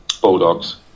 Bulldogs